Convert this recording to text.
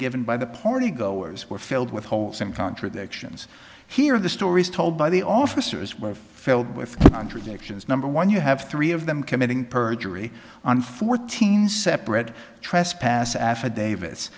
give by the party goers were filled with holes and contradictions here the stories told by the officers were filled with contradictions number one you have three of them committing perjury on fourteen separate trespass affidavi